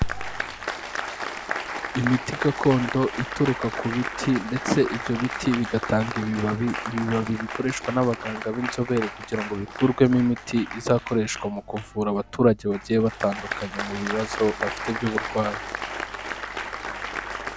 Imiti gakondo ituruka ku biti ndetse ibyo biti bigatanga ibibabi ibibabi bikoreshwa n'abaganga b'inzobere kugira ngo bikurwemo imiti izakoreshwa mu kuvura abaturage bagiye batandu mu bibazo bafite by'uburwayi.